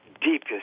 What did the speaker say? deepest